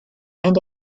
and